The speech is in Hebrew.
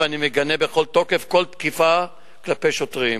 ואני מגנה בכל תוקף כל תקיפה כלפי שוטרים.